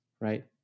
right